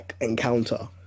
encounter